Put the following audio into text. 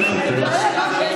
זה מסר